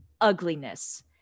ugliness